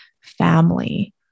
family